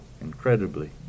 incredibly